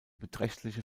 beträchtliche